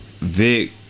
Vic